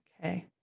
Okay